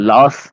Loss